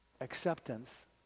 acceptance